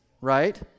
right